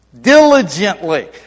diligently